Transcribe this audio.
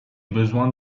besoin